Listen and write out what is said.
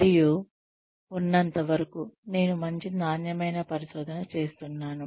మరియు ఉన్నంతవరకు నేను మంచి నాణ్యమైన పరిశోధన చేస్తున్నాను